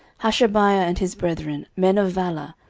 hashabiah and his brethren, men of valour,